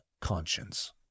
conscience